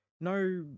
no